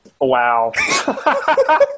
Wow